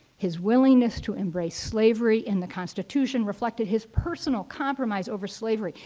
his willingness to embrace slavery in the constitution reflected his personal compromise over slavery.